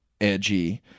edgy